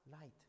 light